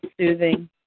soothing